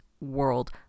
world